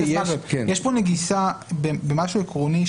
בואו נתקדם.